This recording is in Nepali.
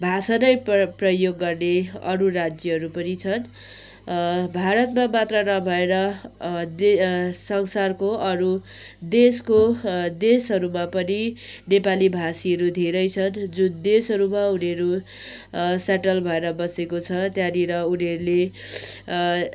भाषा नै प्र प्रयोग गर्ने अरू राज्यहरू पनि छन् भारतमा मात्र नभएर संसारको अरू देशको देशहरूमा पनि नेपाली भाषीहरू धेरै छन् जुन देशहरूमा उनीहरू सेटल भएर बसेको छ त्यहाँनिर उनीहरूले